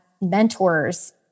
mentors